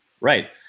Right